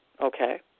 Okay